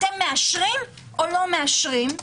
אתם מאשרים או לא מאשרים,